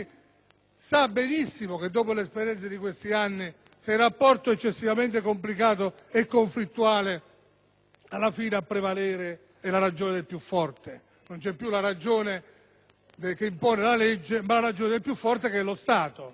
sa benissimo dopo l'esperienza di questi anni che, se il rapporto è eccessivamente complicato e conflittuale, alla fine a prevalere è la ragione del più forte; non c'è più la ragione che impone la legge, ma la ragione del più forte che è lo Stato.